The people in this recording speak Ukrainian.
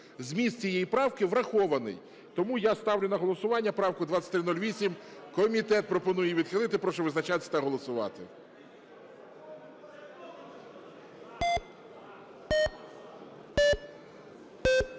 Зміст цієї правки врахований. Тому я ставлю на голосування правку 2308, комітет пропонує її відхилити, прошу визначатись та голосувати.